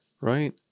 right